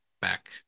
back